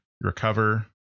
recover